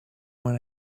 when